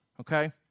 Okay